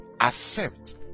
Accept